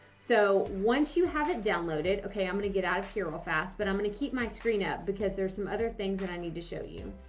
so, once you have it downloaded. okay, i'm going to get out of here all fast. but i'm gonna keep my screen up because there's some other things that i need to show you.